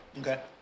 Okay